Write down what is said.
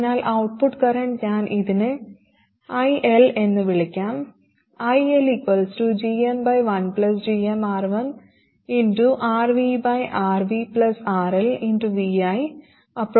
അതിനാൽ output current ഞാൻ ഇതിനെ iL എന്ന് വിളിക്കാംiLgm1gmR1RDRDRLvi RDRDRL